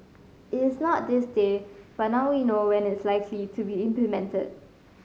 it is not this day but now we know when it's likely to be implemented